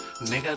Nigga